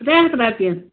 ترٛےٚ ہَتھ روپیہِ